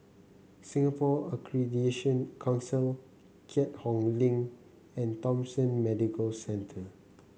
Singapore Accreditation Council Keat Hong Link and Thomson Medical Center